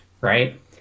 right